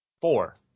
four